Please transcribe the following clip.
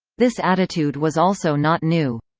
this attitude was also not new.